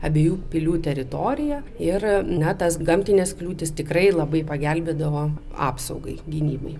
abiejų pilių teritoriją ir na tas gamtines kliūtis tikrai labai pagelbėdavo apsaugai gynybai